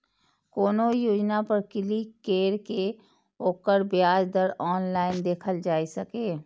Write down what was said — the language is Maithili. कोनो योजना पर क्लिक कैर के ओकर ब्याज दर ऑनलाइन देखल जा सकैए